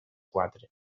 quatre